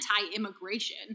anti-immigration